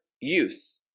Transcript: youth